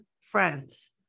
friends